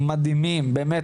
מדהימים באמת,